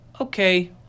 okay